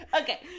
okay